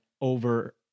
over